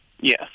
Yes